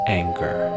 anger